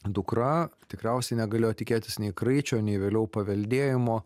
dukra tikriausiai negalėjo tikėtis nei kraičio nei vėliau paveldėjimo